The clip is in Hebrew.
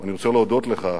ואני רוצה להודות לך,